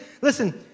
listen